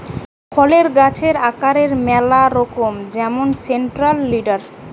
ফলের গাছের আকারের ম্যালা রকম যেমন সেন্ট্রাল লিডার